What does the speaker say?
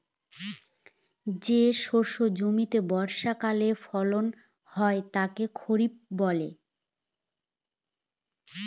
যে শস্য জমিতে বর্ষাকালে ফলন হয় তাকে খরিফ বলে